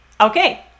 okay